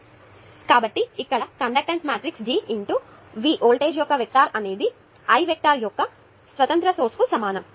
కాబట్టి ఇక్కడ conductance matrix G V voltage యొక్క వెక్టర్ అనేది I వెక్టార్ యొక్క స్వతంత్ర సోర్స్ కు సమానం